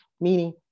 meaning